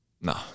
No